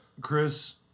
Chris